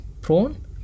prone